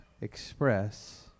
express